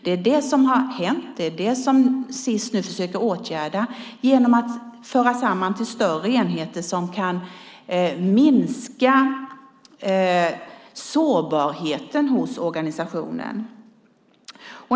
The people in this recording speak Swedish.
Det är det som har hänt och som Sis nu försökte åtgärda genom att föra samman verksamheten till större enheter som kan minska sårbarheten i organisationen.